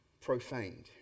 profaned